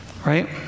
Right